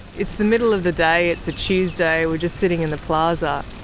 it's the middle of the day, it's a tuesday, we're just sitting in the plaza.